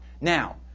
Now